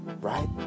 right